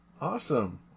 Awesome